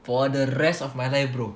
for the rest of my life bro